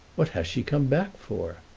what has she come back for?